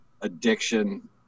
addiction